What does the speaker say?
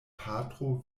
patro